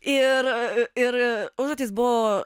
ir ir užduotys buvo